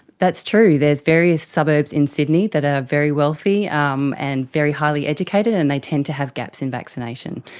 that's true, there are various suburbs in sydney that are ah very wealthy um and very highly educated and they tend to have gaps in vaccination.